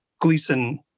Gleason